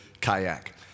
kayak